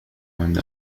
عند